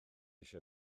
eisiau